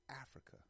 Africa